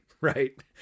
right